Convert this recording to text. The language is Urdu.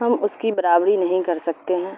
ہم اس کی برابری نہیں کر سکتے ہیں